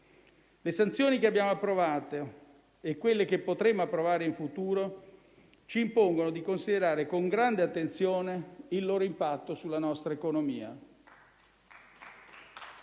Le sanzioni che abbiamo approvato e quelle che potremo approvare in futuro ci impongono di considerare con grande attenzione il loro impatto sulla nostra economia.